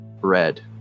red